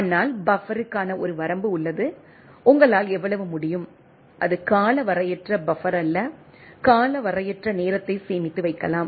ஆனால் பஃபருக்கான ஒரு வரம்பு உள்ளது உங்களால் எவ்வளவு முடியும் அது காலவரையற்ற பஃபர் அல்ல காலவரையற்ற நேரத்தை சேமித்து வைக்கலாம்